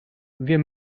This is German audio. wir